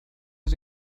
sie